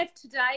today